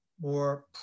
more